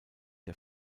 der